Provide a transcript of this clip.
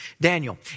Daniel